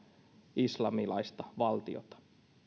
islamilaista valtiota